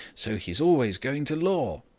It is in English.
so he's always going to law.